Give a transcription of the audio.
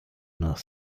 noch